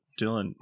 Dylan